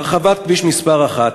הרחבת כביש מס' 1,